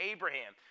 Abraham